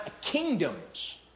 kingdoms